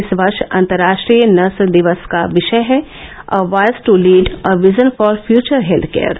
इस वर्ष अंतर्राष्ट्रीय नर्स दिवस का विषय है a voice to lead a vision for future health care